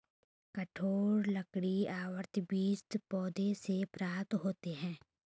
कठोर लकड़ी आवृतबीजी पौधों से प्राप्त होते हैं